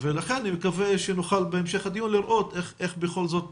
לכן אני מקווה שנוכל בהמשך הדיון לראות איך בכל זאת